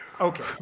Okay